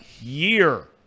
year